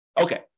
Okay